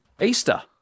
Easter